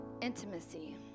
intimacy